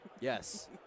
Yes